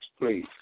please